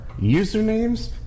Usernames